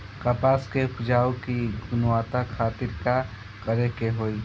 कपास के उपज की गुणवत्ता खातिर का करेके होई?